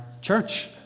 church